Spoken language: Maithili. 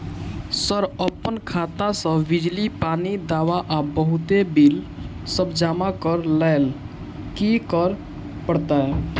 सर अप्पन खाता सऽ बिजली, पानि, दवा आ बहुते बिल सब जमा करऽ लैल की करऽ परतै?